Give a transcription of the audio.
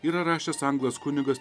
yra rašęs anglas kunigas